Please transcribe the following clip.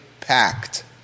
packed